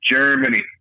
Germany